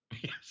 Yes